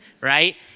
right